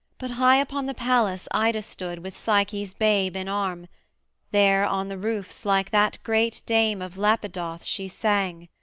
but high upon the palace ida stood with psyche's babe in arm there on the roofs like that great dame of lapidoth she sang.